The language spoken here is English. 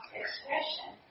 expression